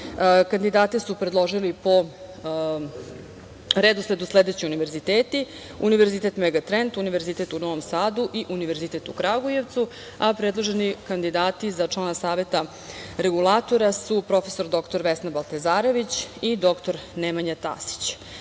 Kandidate su predložili po redosledu sledeći univerziteti: Univerzitet Megatrend, Univerzitet u Novom Sadu i Univerzitet u Kragujevcu, a predloženi kandidati za člana Saveta regulatora su prof. dr Vesna Baltezarević i dr Nemanja Tasić.